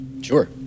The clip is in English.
Sure